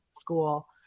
school